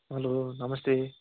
hello नमस्ते